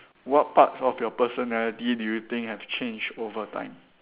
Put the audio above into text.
what parts of your personality do you think have changed overtime